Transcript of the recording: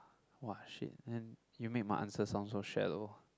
!wah! shit and you make my answer sound so shallow